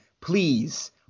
please